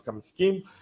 scheme